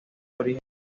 origen